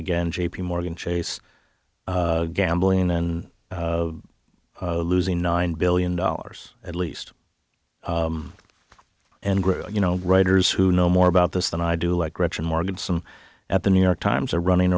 again j p morgan chase gambling and losing nine billion dollars at least and you know writers who know more about this than i do like gretchen morgenson at the new york times are running